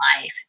life